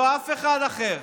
לא אף אחד אחר.